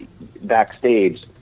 backstage